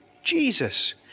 jesus